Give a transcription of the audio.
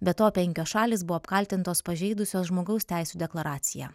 be to penkios šalys buvo apkaltintos pažeidusios žmogaus teisių deklaraciją